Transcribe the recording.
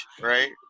Right